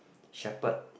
Shepherd